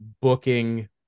booking